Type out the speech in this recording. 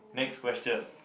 next question